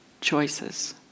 Choices